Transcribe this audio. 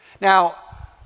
Now